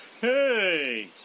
Hey